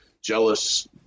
jealous